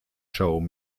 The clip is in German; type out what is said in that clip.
show